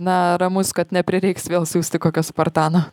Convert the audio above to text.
na ramus kad neprireiks vėl siųsti kokio spartano